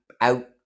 out